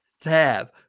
tab